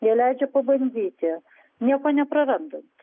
jie leidžia pabandyti nieko neprarandant